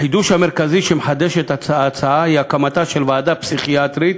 החידוש המרכזי שמחדשת ההצעה הוא הקמתה של ועדה פסיכיאטרית